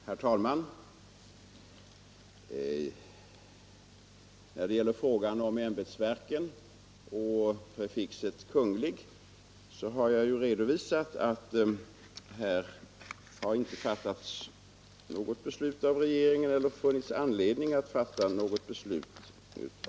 Herr talman! När det gäller frågan om ämbetsverken och beteckningen Onsdagen den Kungl. har jag redovisat att regeringen inte har fattat något beslut eller 7 maj 1975 haft anledning att fatta något beslut.